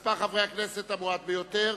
מספר חברי הכנסת המועט ביותר,